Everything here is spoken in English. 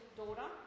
daughter